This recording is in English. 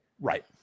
Right